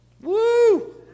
Woo